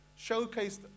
showcased